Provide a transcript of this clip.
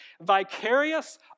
vicarious